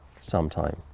sometime